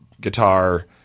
guitar